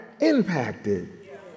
impacted